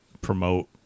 promote